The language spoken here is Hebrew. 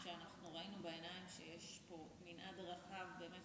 כשאנחנו ראינו בעיניים שיש פה מנעד רחב של